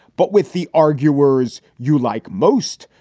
but with the arguers you like most,